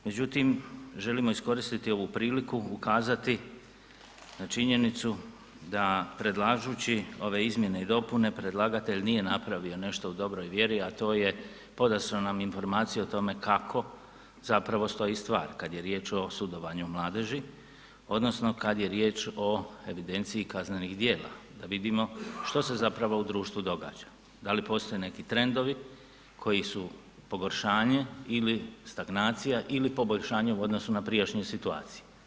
Međutim, želimo iskoristiti ovu priliku, ukazati na činjenicu da predlažući ove izmjene i dopune predlagatelj nije napravio nešto u dobroj vjeri, a to je podastro nam informaciju kako zapravo stoji stvar kad je riječ o sudovanju mladeži odnosno kad je riječ o evidenciji kaznenih djela da vidimo što se zapravo u društvu događa, da li postoje neki trendovi koji su pogoršanje ili stagnacija ili poboljšanje u odnosu na prijašnje situacije.